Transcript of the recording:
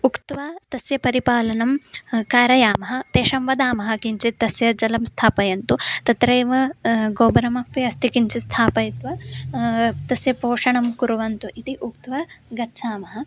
उक्त्वा तस्य परिपालनं कारयामः तेभ्यः वदामः किञ्चित् तस्य जलं स्थापयन्तु तत्रैव गोबरमपि अस्ति किञ्चित् स्थापयित्वा तस्य पोषणं कुर्वन्तु इति उक्त्वा गच्छामः